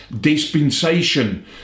dispensation